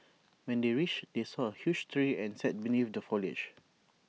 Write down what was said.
when they reached they saw A huge tree and sat beneath the foliage